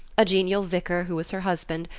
a genial vicar who was her husband,